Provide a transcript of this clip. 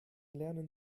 lernen